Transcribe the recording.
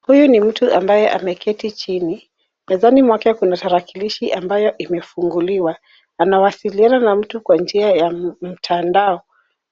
Huyu ni mtu ambaye ameketi chini. Mezani mwake kuna tarakilishi ambayo imefunguliwa, anawasiliana na mtu kwa njia ya mtandao.